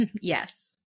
Yes